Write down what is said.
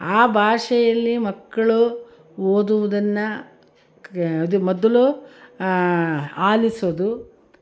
ಆ ಭಾಷೆಯಲ್ಲಿ ಮಕ್ಕಳು ಓದೋದನ್ನ ಕೆ ಮೊದಲು ಆಲಿಸುವುದು